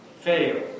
fail